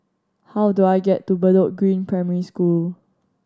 how do I get to Bedok Green Primary School